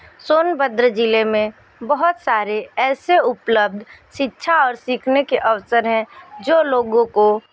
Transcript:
सोनभद्र ज़िले में बहुत सारे ऐसे उपलब्ध शिक्षा और सीखने के अवसर हैं जो लोगों को